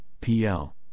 PL